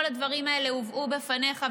כל הדברים האלה הובאו בפניך,